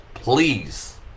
please